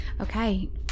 Okay